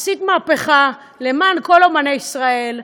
עשית מהפכה למען כל אמני ישראל.